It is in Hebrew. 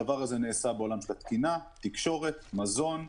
הדבר הזה נעשה בעולם של התקינה, תקשורת, מזון,